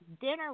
dinner